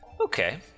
Okay